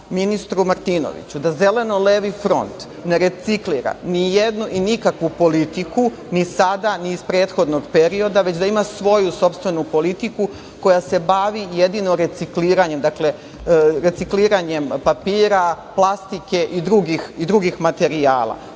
ministru Martinoviću, da Zeleno Levi front ne reciklira ni jednu i nikakvu politiku, ni sada ni iz prethodnog perioda, već da ima svoju sopstvenu politiku koja se bavi jedino recikliranjem, dakle recikliranjem papira, plastike i drugih materijala. Takođe,